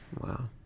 Wow